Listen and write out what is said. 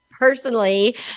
Personally